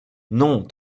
non